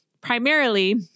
primarily